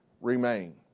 remain